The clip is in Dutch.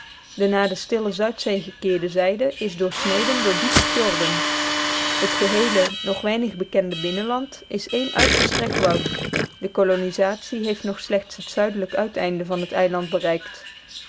de naar de stille zuidzee gekeerde zijde is doorsneden door diepe fjorden het geheele nog weinig bekende binnenland is één uitgestrekt woud de kolonisatie heeft nog slechts het zuidelijk uiteinde van het eiland bereikt